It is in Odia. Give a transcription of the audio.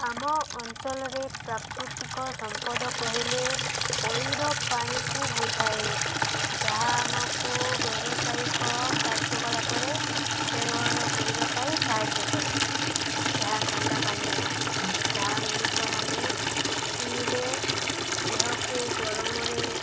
ଆମ ଅଞ୍ଚଳରେ ପ୍ରାକୃତିକ ସମ୍ପଦ କହିଲେ ପଇଡ଼ ପାଣିକୁ ବୁଝାଏ ଯାହା ଆମକୁ ବ୍ୟବସାୟିକ କାର୍ଯ୍ୟକଳାପରେ ବ୍ୟବହାର କରିବା ପାଇଁ ସାହାଯ୍ୟ କରେ ଏହା ଥଣ୍ଡା ପାନୀୟ ଯାହା ମଣିଷମାନେ ପିଇଲେ ଦେହକୁ ଗରମରେ